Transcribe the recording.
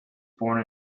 born